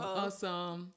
awesome